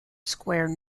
square